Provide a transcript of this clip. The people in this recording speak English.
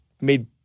made